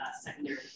secondary